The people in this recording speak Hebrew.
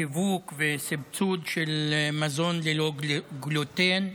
שיווק וסבסוד של מזון ללא גלוטן.